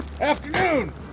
Afternoon